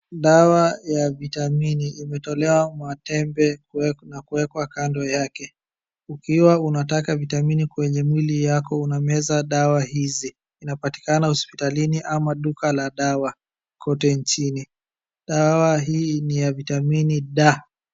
dawa ya vitamini imetolewa matembe na kuwekwa kando yake ,ukiwa unataka vitamini kwenye mwili yako unameza dawa hizi inapatikana hospitalini ama duka la dawa kote nchiini dwa hili ni ya vitamini ' Da'